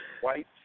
white